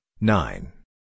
nine